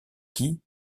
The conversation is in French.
qui